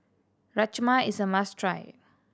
rajma is a must try